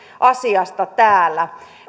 asiasta täällä